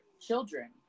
children